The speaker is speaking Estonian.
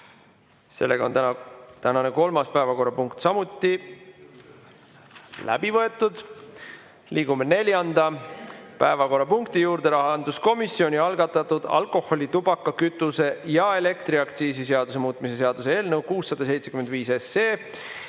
kell 17.15. Tänane kolmas päevakorrapunkt on samuti läbi arutatud. Liigume neljanda päevakorrapunkti juurde: rahanduskomisjoni algatatud alkoholi‑, tubaka‑, kütuse‑ ja elektriaktsiisi seaduse muutmise seaduse eelnõu 675